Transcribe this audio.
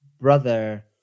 brother